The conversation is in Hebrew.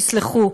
יסלחו.